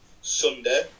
Sunday